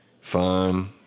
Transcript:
fun